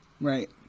right